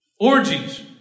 Orgies